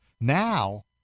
now